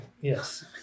Yes